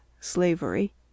slavery